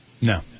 No